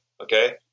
Okay